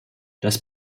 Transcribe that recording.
das